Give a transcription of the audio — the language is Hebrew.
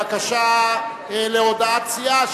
בקשה להודעת סיעה,